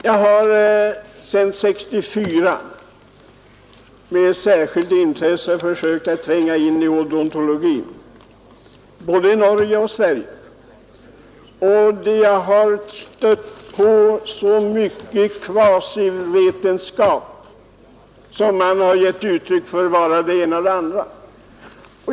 Jag har sedan 1969 med särskilt intresse försökt tränga in i odontologin i både Norge och Sverige, och jag har då stött på så mycket kvasivetenskap.